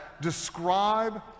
describe